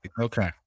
okay